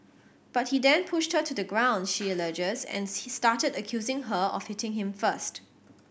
but he then pushed her to the ground she alleges and see started accusing her of hitting him first